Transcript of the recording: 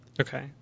Okay